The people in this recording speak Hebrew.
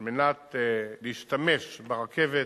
על מנת להשתמש ברכבת,